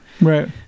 right